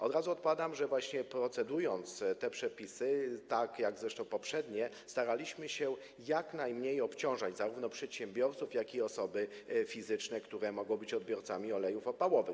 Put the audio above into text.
Od razu odpowiadam, że właśnie procedując te przepisy, tak zresztą jak i poprzednie, staraliśmy się jak najmniej obciążać zarówno przedsiębiorców, jak i osoby fizyczne, które mogą być odbiorcami olejów opałowych.